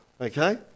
okay